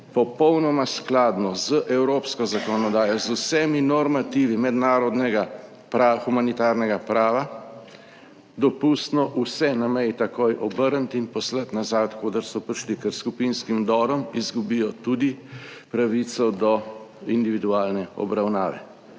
popolnoma skladno z evropsko zakonodajo, z vsemi normativi mednarodnega prava, humanitarnega prava, dopustno vse na meji takoj obrniti in poslati nazaj od koder so prišli, ker s skupinskim vdorom izgubijo tudi pravico do individualne obravnave.